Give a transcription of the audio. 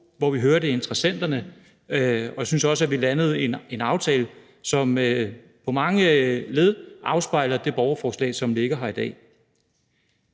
god. Vi hørte interessenterne, og jeg synes også, vi landede en aftale, som på mange led afspejler det borgerforslag, som ligger her i dag.